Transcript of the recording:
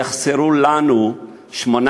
בעוד חמש-שש שנים יחסרו לנו 8,000